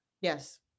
Yes